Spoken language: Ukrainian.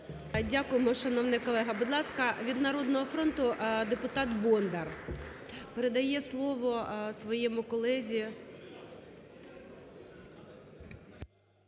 Дякуємо, шановний колего. Будь ласка, від "Народного фронту" депутат Бондар передає слово своєму колезі.